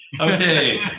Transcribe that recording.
Okay